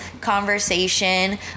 conversation